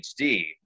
HD